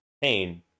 Pain